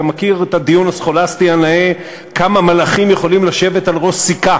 אתה מכיר את הדיון הסכולסטי הנאה כמה מלאכים יכולים לשבת על ראש סיכה.